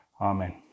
Amen